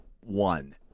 one